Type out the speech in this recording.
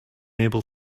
able